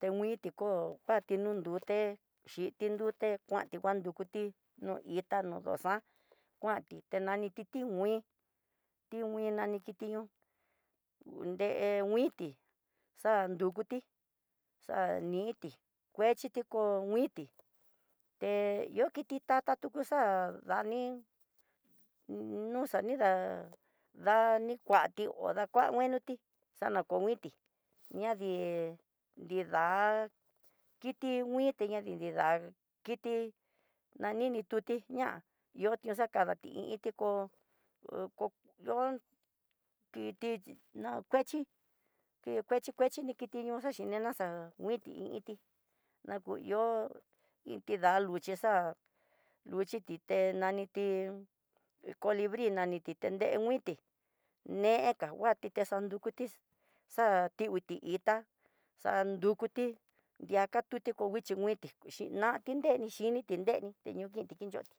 tengui tikó nguati no nrute xhidin ndute kuanti kuan nrukuti no ihó no doxa'á kuanti ti naniti tinguin tinguin nani kiti ño uu nre nguiti xandukuti, xaniti kuchiti kó nguiti té ihó kiti tata kutu xa'á, dani duxa nida dani kuati odakua nguenoti, xana ko guiti ña dii nrida kiti muiti ña dii dinda kti ñani ni tuti ña'á, ihóti xakadati i iti ko ko yon kiti na kuechí ki kueti kueti ni kiti ñoxa xhinena xa'a nguiti i iinti, nakuyo inti la luxhi xa'á luxhi ti té nani ti colibri naniti te tende nguité nekanguati texandukuti xa'á kinguiti itá xandukuti ndiaka tukuti tu nguichi nguite xhinanti nreni yiniti není tiñokinti tiñoti.